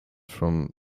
from